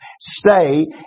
Stay